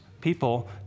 People